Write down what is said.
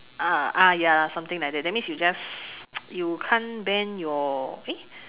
uh ah ya something like that that means you just you can't bend your eh